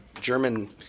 German